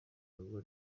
rugo